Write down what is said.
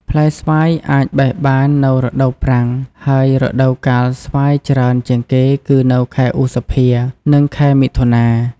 ផ្លែស្វាយអាចបេះបាននៅរដូវប្រាំង ហើយរដូវកាលស្វាយច្រើនជាងគេគឺនៅខែឧសភា និងខែមិថុនា។